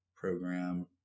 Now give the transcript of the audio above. program